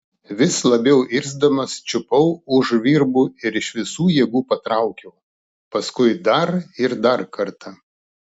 vis labiau irzdamas čiupau už virbų ir iš visų jėgų patraukiau paskui dar ir dar kartą